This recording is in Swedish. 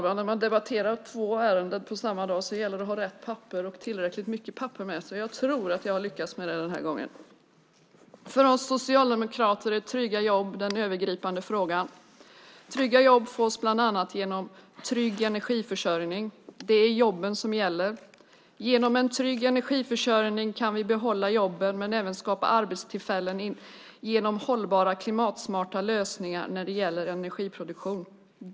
Herr talman! För oss socialdemokrater är trygga jobb den övergripande frågan. Trygga jobb fås bland annat genom trygg energiförsörjning. Det är jobben som gäller. Genom en trygg energiförsörjning kan vi behålla jobben men även skapa arbetstillfällen genom hållbara, klimatsmarta lösningar när det gäller energiproduktion.